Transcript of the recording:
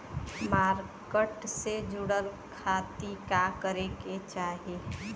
Market से जुड़े खाती का करे के चाही?